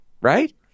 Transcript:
right